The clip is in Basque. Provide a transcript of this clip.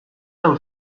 hau